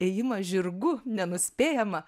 ėjimą žirgu nenuspėjama